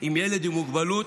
עם ילד עם מוגבלות,